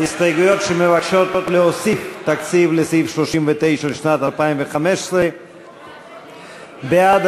ההסתייגויות המבקשות להפחית מן התקציב של סעיף 39 לשנת 2015. מי בעד?